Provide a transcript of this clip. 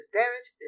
damage